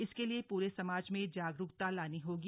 इसके लिए पूरे समाज में जागरूकता लानी होगी